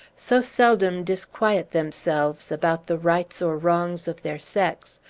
so seldom disquiet themselves about the rights or wrongs of their sex,